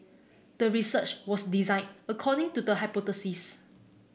the research was designed according to the hypothesis